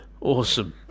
Awesome